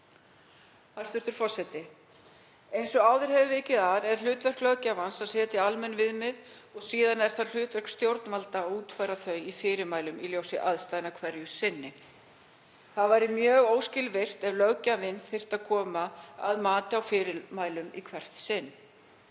Hæstv. forseti. Eins og áður hefur verið vikið að er hlutverk löggjafans að setja almenn viðmið. Það er síðan hlutverk stjórnvalda að útfæra þau í fyrirmælum í ljósi aðstæðna hverju sinni. Það væri mjög óskilvirkt ef löggjafinn þyrfti að koma að mati á fyrirmælum í hvert sinn.